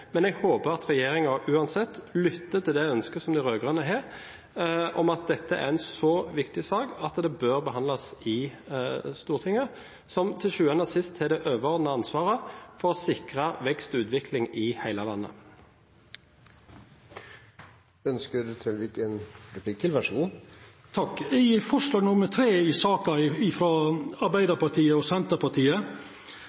men jeg håper regjeringen uansett lytter til ønsket som de rød-grønne har: Dette er en så viktig sak at den bør behandles i Stortinget, som til sjuende og sist har det overordnede ansvaret for å sikre vekst og utvikling i hele landet. I forslagets punkt nr. 3 i saka